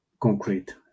concrete